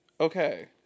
Okay